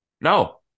No